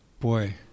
boy